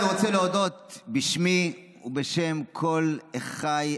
אני רוצה להודות בשמי ובשם כל אחיי,